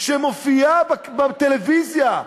שמופיעה בטלוויזיה,